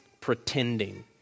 pretending